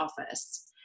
office